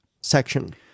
section